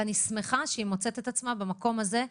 ואני שמחה שהיא מוצאת את עצמה במקום הזה.